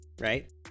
right